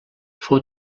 fou